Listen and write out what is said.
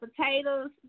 potatoes